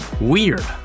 weird